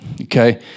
okay